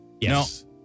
Yes